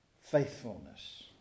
faithfulness